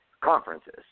conferences